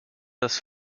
das